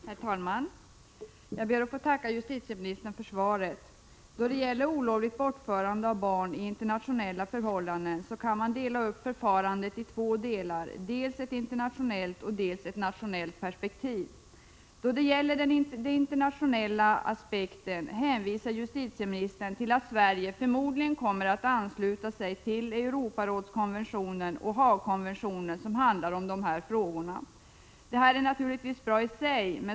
Herr talman! Jag ber att få tacka justitieministern för svaret. Då det gäller olovligt bortförande av barn i internationella förhållanden kan man dela upp förfarandet i två delar — dels ett internationellt, dels ett nationellt perspektiv. Beträffande den internationella aspekten hänvisar justitieministern till att Sverige förmodligen kommer att ansluta sig till Europarådskonventionen och Haagkonventionen om dessa frågor. Det här är naturligtvis bra i sig.